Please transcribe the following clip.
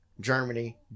Germany